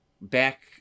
back